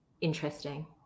interesting